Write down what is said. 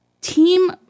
Team